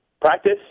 practice